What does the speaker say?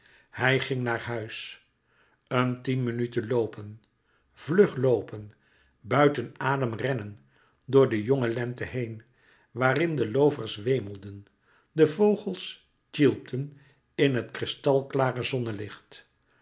hij ging naar huis een tien minuten loopen vlug loopen buiten adem rennen door de jonge lente heen waarin de loovers wemelden de vogels tjilpten in het